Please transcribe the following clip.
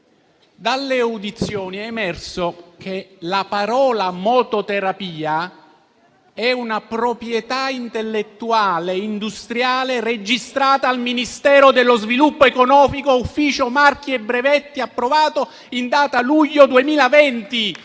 Dalle audizioni è emerso che la parola mototerapia è una proprietà intellettuale e industriale registrata al Ministero dello sviluppo economico, Ufficio marchi e brevetti, approvata in data luglio 2020.